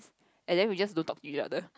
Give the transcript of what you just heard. and then we just look talk each other